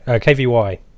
K-V-Y